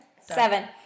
Seven